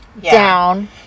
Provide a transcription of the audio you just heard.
down